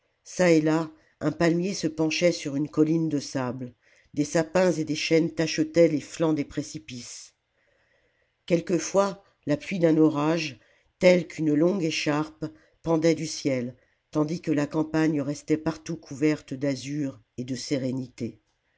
çà et là un palmier se penchait sur une colline de sable des sapins et des chênes tachetaient les flancs des précipices quelquefois la pluie d'un orage telle qu'une longue écharpe pendait du ciel tandis que la campagne restait partout couverte d'azur et de sérénité